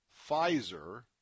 Pfizer